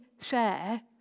share